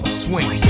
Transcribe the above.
swing